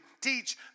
teach